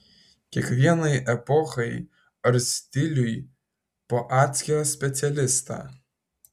kiekvienai epochai ar stiliui po atskirą specialistą